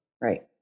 Right